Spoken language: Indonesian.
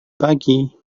pagi